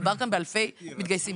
מדובר כאן באלפי מתגייסים.